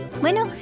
Bueno